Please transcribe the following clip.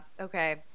Okay